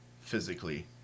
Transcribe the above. physically